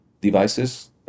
devices